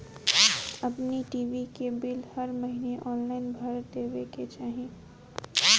अपनी टी.वी के बिल हर महिना ऑनलाइन भर देवे के चाही